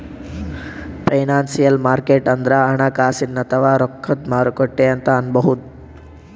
financial market ಅಂದ್ರ ಹಣಕಾಸಿನ್ ಅಥವಾ ರೊಕ್ಕದ್ ಮಾರುಕಟ್ಟೆ ಅಂತ್ ಅನ್ಬಹುದ್